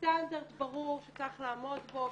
סטנדרט ברור שצריך לעמוד בו.